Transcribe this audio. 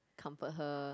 comfort her